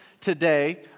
today